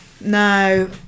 no